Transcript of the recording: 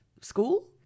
school